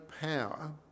power